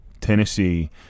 Tennessee